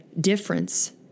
difference